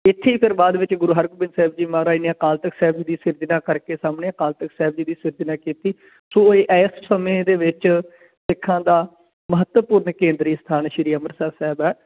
ਇੱਥੇ ਫਿਰ ਬਾਅਦ ਵਿੱਚ ਗੁਰੂ ਹਰਗੋਬਿੰਦ ਸਾਹਿਬ ਜੀ ਮਹਾਰਾਜ ਨੇ ਅਕਾਲ ਤਖਤ ਸਾਹਿਬ ਜੀ ਦੀ ਸਿਰਜਣਾ ਕਰਕੇ ਸਾਹਮਣੇ ਅਕਾਲ ਤਖਤ ਸਾਹਿਬ ਜੀ ਦੀ ਸਿਰਜਣਾ ਕੀਤੀ ਸੋ ਇਹ ਇਸ ਸਮੇਂ ਦੇ ਵਿੱਚ ਸਿੱਖਾਂ ਦਾ ਮਹੱਤਵਪੂਰਨ ਕੇਂਦਰੀ ਸਥਾਨ ਸ਼੍ਰੀ ਅੰਮ੍ਰਿਤਸਰ ਸਾਹਿਬ ਹੈ